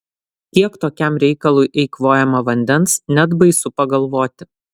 kiek tokiam reikalui eikvojama vandens net baisu pagalvoti